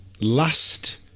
last